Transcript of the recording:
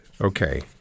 Okay